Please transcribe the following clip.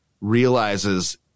realizes